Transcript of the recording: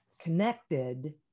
connected